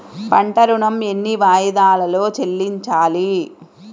పంట ఋణం ఎన్ని వాయిదాలలో చెల్లించాలి?